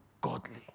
godly